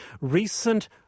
Recent